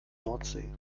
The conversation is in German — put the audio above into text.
nordsee